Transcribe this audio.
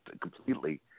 completely